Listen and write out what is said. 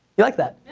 you like that?